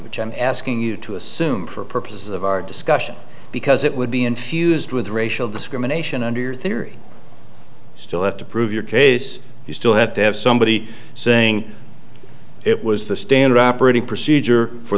which i'm asking you to assume for purposes of our discussion because it would be infused with racial discrimination under your theory still have to prove your case you still have to have somebody saying it was the standard operating procedure for